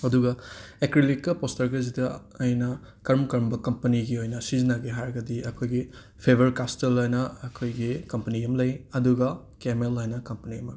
ꯑꯗꯨꯒ ꯑꯦꯀ꯭ꯔꯦꯂꯤꯛꯀ ꯄꯣꯁꯇꯔꯒꯁꯤꯗ ꯑꯩꯅ ꯀꯔꯝ ꯀꯔꯝꯕ ꯀꯝꯄꯅꯤꯒꯤ ꯑꯣꯏꯅ ꯁꯤꯖꯤꯟꯅꯒꯦ ꯍꯥꯏꯔꯒꯗꯤ ꯑꯩꯈꯣꯏꯒꯤ ꯐꯦꯕꯔ ꯀꯥꯁꯇꯜ ꯍꯥꯏꯅ ꯑꯩꯈꯣꯏꯒꯤ ꯀꯝꯄꯅꯤ ꯑꯃ ꯂꯩ ꯑꯗꯨꯒ ꯀꯦꯃꯦꯜ ꯍꯥꯏꯅ ꯀꯝꯄꯅꯤ ꯑꯃ